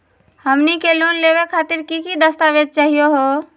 हमनी के लोन लेवे खातीर की की दस्तावेज चाहीयो हो?